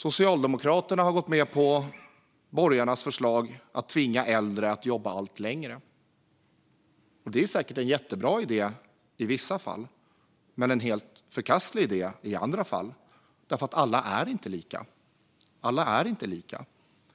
Socialdemokraterna har gått med på borgarnas förslag om att tvinga äldre att jobba allt längre. Det är säkert en jättebra idé i vissa fall, men i andra fall är det en helt förkastlig idé. Alla är inte lika.